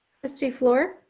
trustee flour.